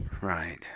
Right